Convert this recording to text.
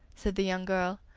said the young girl.